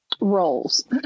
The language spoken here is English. roles